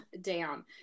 down